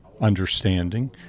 understanding